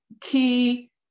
key